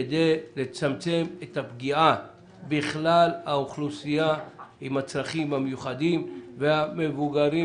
כדי לצמצם את הפגיעה בכלל האוכלוסייה עם הצרכים המיוחדים והמבוגרים,